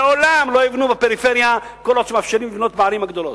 לעולם לא יבנו בפריפריה כל עוד מאפשרים לבנות בערים הגדולות.